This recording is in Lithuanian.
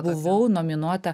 buvau nominuota